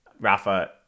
Rafa